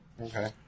Okay